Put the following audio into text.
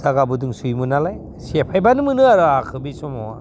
जायगाबो दंसोयोमोन नालाय सेफायबानो मोनोमोन आरो हाखो बे समावहा